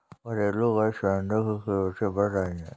घरेलू gas cylinder की कीमतें बढ़ रही है